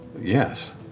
Yes